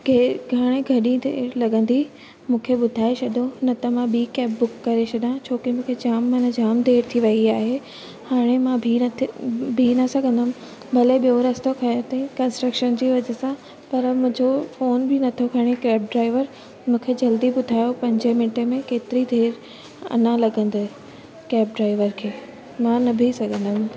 खे घणी घणी देरि लॻंदी मूंखे ॿुधाए छॾियो न त मां ॿी कैब बुक करे छॾियां छोकी मूंखे जाम मना जाम देरि थी वई आहे हाणे मां बीह नथी बीह न सघंदमि भले ॿियो रस्तो खयों अथईं कंस्ट्रक्शन जी वज़ह सां पर मुंहिंजो फ़ोन बि नथो खणे कैब ड्राइवर मूंखे जल्दी ॿुधायो पंजे मिंटे में केतिरी देरि अञा लॻंदी कैब ड्राइवर खे मां न बीह सघंदमि